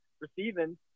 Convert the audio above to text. receiving